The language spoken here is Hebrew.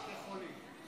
בבתי חולים, מלא.